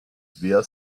wir